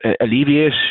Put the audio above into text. alleviate